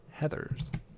Heathers